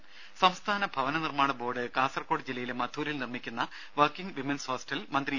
ദേദ സംസ്ഥാന ഭവന നിർമ്മാണ ബോർഡ് കാസർകോഡ് ജില്ലയിലെ മധൂരിൽ നിർമ്മിക്കുന്ന വർക്കിംഗ് വിമൻസ് ഹോസ്റ്റൽ മന്ത്രി ഇ